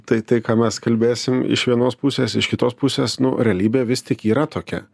tai tai ką mes kalbėsim iš vienos pusės iš kitos pusės nu realybė vis tik yra tokia